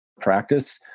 practice